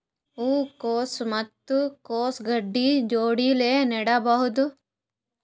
ಹೂ ಕೊಸು ಮತ್ ಕೊಸ ಗಡ್ಡಿ ಜೋಡಿಲ್ಲೆ ನೇಡಬಹ್ದ?